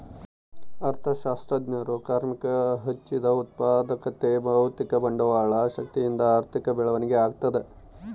ಅರ್ಥಶಾಸ್ತ್ರಜ್ಞರು ಕಾರ್ಮಿಕರ ಹೆಚ್ಚಿದ ಉತ್ಪಾದಕತೆ ಭೌತಿಕ ಬಂಡವಾಳ ಶಕ್ತಿಯಿಂದ ಆರ್ಥಿಕ ಬೆಳವಣಿಗೆ ಆಗ್ತದ